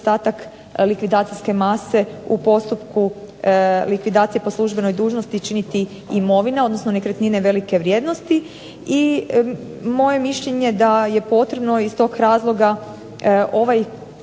likvidacijske mase u postupku likvidacije po službenoj dužnosti činiti imovina, odnosno nekretnine velike vrijednosti, i moje mišljenje da je potrebno iz tog razloga ovaj